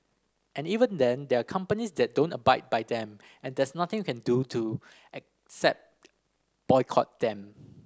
and even then there are companies that don't abide by them and there's nothing you can do to except boycott them